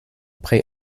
pré